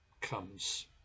comes